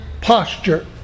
posture